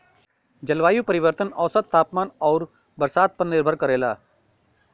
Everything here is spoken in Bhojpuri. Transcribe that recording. जलवायु परिवर्तन औसत तापमान आउर बरसात पर निर्भर करला